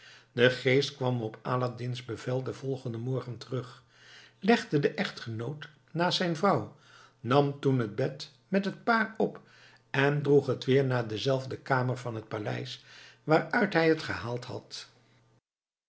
de geest kwam op aladdin's bevel den volgenden morgen terug legde den echtgenoot naast zijn vrouw nam toen het bed met het paar op en droeg het weer naar dezelfde kamer van het paleis waaruit hij het gehaald had